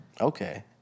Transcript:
Okay